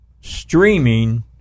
streaming